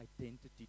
identity